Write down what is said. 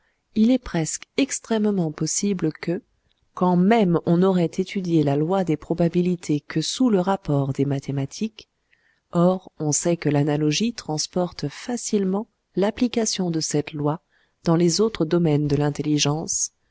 il est presque extrêmement possible que quand même on n'aurait étudié la loi des probabilités que sous le rapport des mathématiques or on sait que l'analogie transporte facilement l'application de cette loi dans les autres domaines de l'intelligence